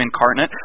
incarnate